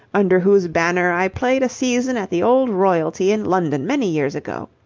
under whose banner i played a season at the old royalty in london many years ago.